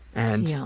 and yeah